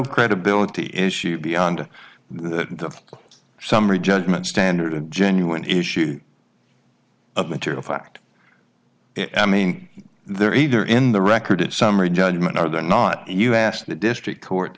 credibility issue beyond the summary judgment standard a genuine issue of material fact i mean they're either in the record summary judgment or they're not us the district court